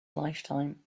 lifetime